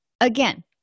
Again